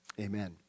Amen